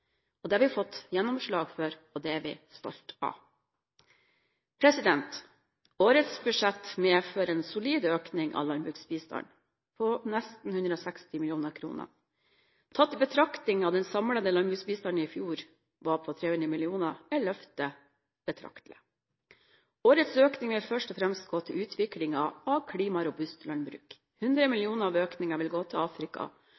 landbruksbistanden. Det har vi fått gjennomslag for, og det er vi stolte av. Årets budsjett medfører en solid økning av landbruksbistanden på nesten 160 mill. kr. Tatt i betraktning at den samlede landbruksbistanden i fjor var på 300 mill. kr, er løftet betraktelig. Årets økning vil først og fremst gå til utviklingen av klimarobust landbruk. 100